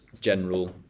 general